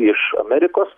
iš amerikos